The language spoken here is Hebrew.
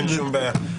אין שום בעיה,